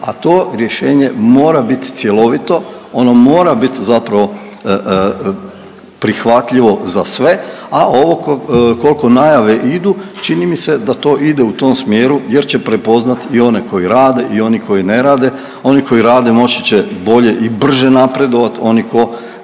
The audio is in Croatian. a to rješenje mora bit cjelovito, ono mora bit zapravo prihvatljivo za sve, a ovo kolko najave idu čini mi se da to ide u tom smjeru jer će prepoznat i one koji rade i oni koji ne rade, oni koji rade moći će bolje i brže napredovat, oni ko